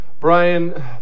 Brian